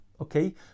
okay